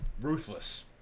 Ruthless